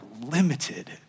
limited